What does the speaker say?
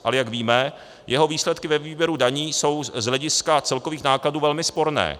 Ale jak víme, jeho výsledky ve výběru daní jsou z hlediska celkových nákladů velmi sporné.